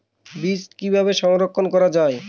বীজ কিভাবে সংরক্ষণ করা যায়?